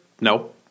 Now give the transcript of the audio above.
no